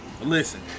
listen